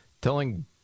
telling